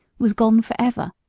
was gone forever.